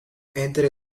entre